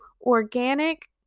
organic